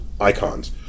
icons